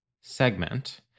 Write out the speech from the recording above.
segment